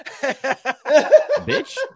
Bitch